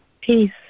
peace